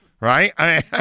right